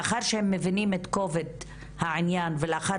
לאחר שהם מבינים את כובד העניין ולאחר